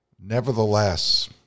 Nevertheless